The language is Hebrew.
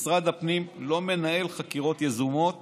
משרד הפנים לא מנהל חקירות יזומות